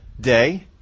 day